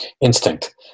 instinct